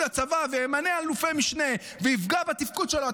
הצבא וימנה אלופי משנה ויפגע בתפקוד שלו.